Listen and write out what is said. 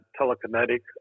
telekinetic